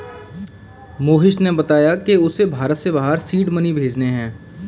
मोहिश ने बताया कि उसे भारत से बाहर सीड मनी भेजने हैं